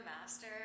master